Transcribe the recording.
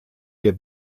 der